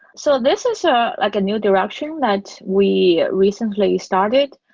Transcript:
so this is ah like a new direction that we recently started.